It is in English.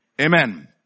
Amen